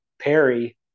Perry